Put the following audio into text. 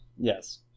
Yes